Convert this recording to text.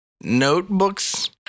notebooks